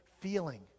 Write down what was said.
feeling